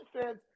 fans